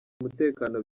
umutekano